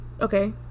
okay